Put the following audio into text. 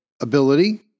ability